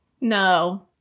No